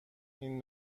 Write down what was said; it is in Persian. این